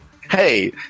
Hey